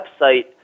website